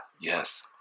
Yes